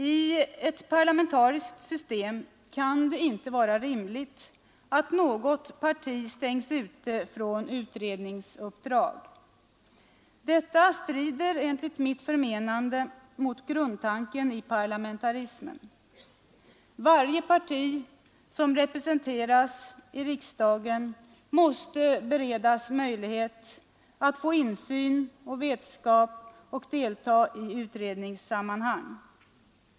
I ett parlamentariskt system kan det inte vara rimligt att något parti stängs ute från utredningsuppdrag. Enligt mitt förmenande strider detta mot grundtanken i parlamentarismen. Varje parti som är representerat i riksdagen måste beredas möjlighet att få insyn och vetskap och delta i utredningssammanhang.